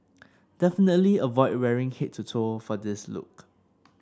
definitely avoid wearing head to toe for this look